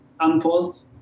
unpaused